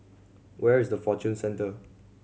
where is the Fortune Centre